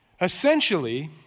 essentially